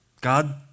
God